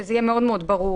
שזה יהיה מאוד מאוד ברור.